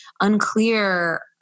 unclear